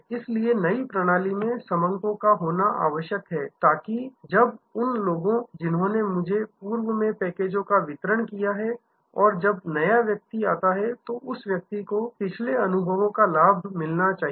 इसलिए नई प्रणाली में समंको का होना आवश्यक है ताकि जब उन लोगों जिन्होंने मुझे पूर्व में पैकेजो का वितरण किया है और अब नया व्यक्ति आता है तो उस व्यक्ति को पिछले अनुभवों का लाभ मिलना चाहिए